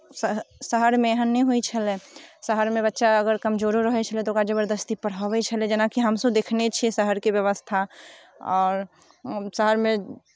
शह शहरमे एहन नहि होइत छलै शहरमे बच्चा अगर कमजोरो रहै छलै तऽ ओकरा जबरदस्ती पढ़बै छलै जेनाकि हमसभ देखने छियै शहरके व्यवस्था आओर शहरमे